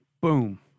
Boom